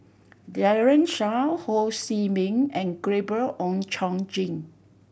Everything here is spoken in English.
Daren Shiau Ho See Beng and Gabriel Oon Chong Jin